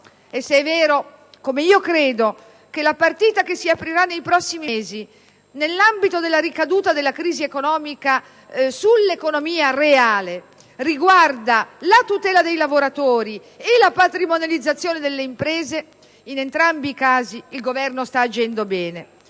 Se è vero - come credo che sia - che la partita che si aprirà nei prossimi mesi nell'ambito della ricaduta della crisi economica sull'economia reale riguarda la tutela dei lavoratori e la patrimonializzazione delle imprese, in entrambi i casi il Governo sta agendo bene,